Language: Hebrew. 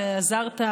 ועזרת,